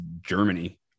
germany